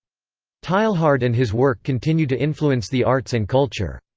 teilhard and his work continue to influence the arts and culture.